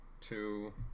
two